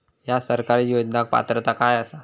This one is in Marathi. हया सरकारी योजनाक पात्रता काय आसा?